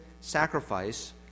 sacrifice